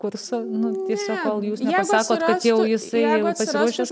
kursų nu tiesiog kol jūs nepasakot kad jau jisai pasiruošęs